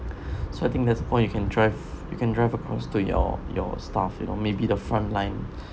so I think that's point you can drive you can drive across to your your staff you know maybe the front line